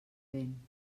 vent